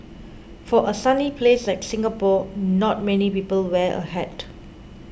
for a sunny place like Singapore not many people wear a hat